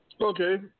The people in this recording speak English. Okay